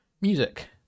music